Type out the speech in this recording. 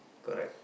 correct